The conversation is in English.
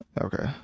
okay